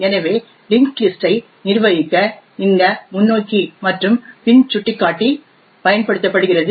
எனவே linked list ஐ நிர்வகிக்க இந்த முன்னோக்கி மற்றும் பின் சுட்டிக்காட்டி பயன்படுத்தப்படுகிறது